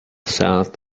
south